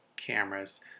Cameras